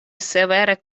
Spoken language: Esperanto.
severe